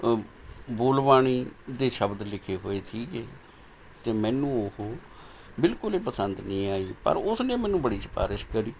ਬੋਲਬਾਣੀ ਦੇ ਸ਼ਬਦ ਲਿਖੇ ਹੋਏ ਸੀਗੇ ਅਤੇ ਮੈਨੂੰ ਉਹ ਬਿਲਕੁਲ ਹੀ ਪਸੰਦ ਨਹੀਂ ਆਈ ਪਰ ਉਸ ਨੇ ਮੈਨੂੰ ਬੜੀ ਸਿਫਾਰਿਸ਼ ਕਰੀ